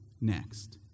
next